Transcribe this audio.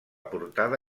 portada